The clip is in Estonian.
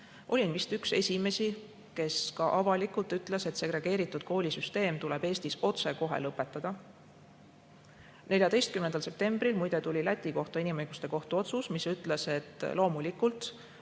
olin vist üks esimesi, kes ka avalikult ütles, et segregeeritud koolisüsteem tuleb Eestis otsekohe lõpetada. Muide, 14. septembril tuli Läti kohta Euroopa Inimõiguste Kohtu otsus, mis ütles, et loomulikult